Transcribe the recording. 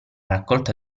raccolta